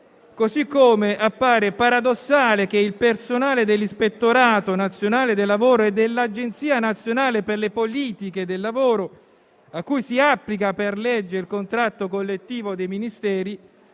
Appare inoltre paradossale che il personale dell'Ispettorato nazionale del lavoro e dell'Agenzia nazionale per le politiche attive del lavoro, a cui si applica per legge il contratto collettivo dei Ministeri,